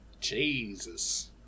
Jesus